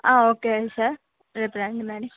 okay sir రేపు రండి మరి